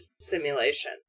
simulation